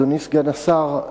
אדוני סגן השר,